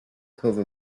cover